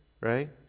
right